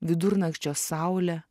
vidurnakčio saulė